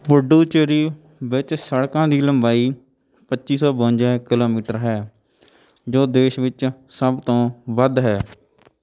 ਪੁਡੂਚੇਰੀ ਵਿੱਚ ਸੜਕਾਂ ਦੀ ਲੰਬਾਈ ਪੱਚੀ ਸੌ ਬਵੰਜਾ ਕਿਲੋਮੀਟਰ ਹੈ ਜੋ ਦੇਸ਼ ਵਿੱਚ ਸਭ ਤੋਂ ਵੱਧ ਹੈ